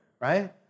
right